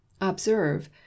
observe